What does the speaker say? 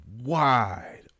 wide